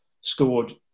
scored